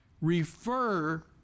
refer